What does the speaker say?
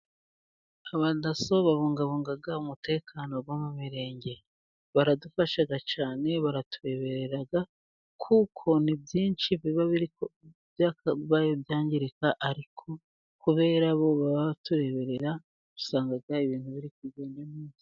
Abadaso babungabunga umutekano wo mu mirenge, baradufasha cyane baratureberera kuko ni byinshi biba byakabaye byangirika, ariko kubera bo baba batureberera usanga ibintu biri kugenda neza.